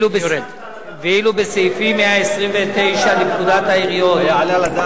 חבר הכנסת גפני, איך הסכמת לדבר הזה?